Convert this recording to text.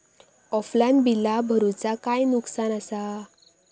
Offline बिला भरूचा काय नुकसान आसा?